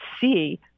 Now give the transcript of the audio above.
see